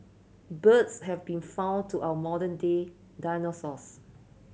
birds have been found to our modern day dinosaurs